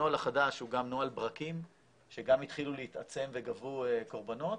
הנוהל החדש הוא גם נוהל ברקים שגם התחילו להתעצם וגבו קורבנות.